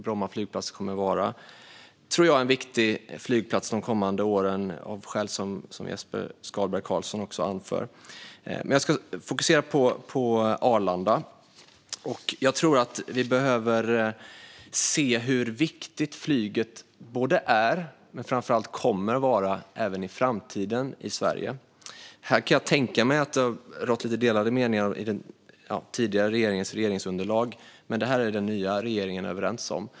Bromma kommer, tror jag, att vara en viktig flygplats de kommande åren, av skäl som Jesper Skalberg Karlsson också anför. Men jag ska fokusera på Arlanda. Jag tror att vi behöver se hur viktigt flyget är och framför allt kommer att vara även i framtiden i Sverige. Här kan jag tänka mig att det har rått lite delade meningar i den tidigare regeringens regeringsunderlag, men detta är den nya regeringen överens om.